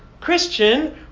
Christian